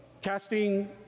Casting